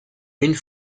une